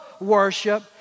worship